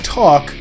talk